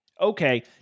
Okay